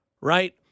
right